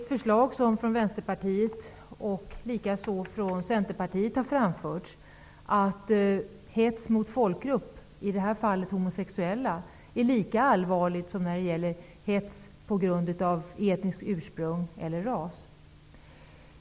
Vänsterpartiet, och likaså Centerpartiet, har framfört att hets mot folkgrupp, i detta fall mot homosexuella, är lika allvarligt som hets på grund av etniskt ursprung eller ras.